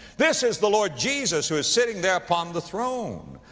this is the lord jesus who is sitting there upon the throne.